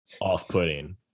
off-putting